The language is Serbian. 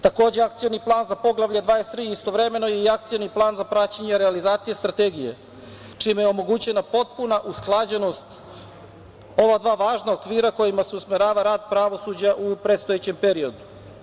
Takođe, Akcioni plan za Poglavlje 23, istovremeno i Akcioni plan za praćenje realizacije strategije, čime je omogućena potpuna usklađenost ova dva važna okvira, kojima se usmerava rad pravosuđa u predstojećem periodu.